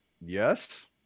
Yes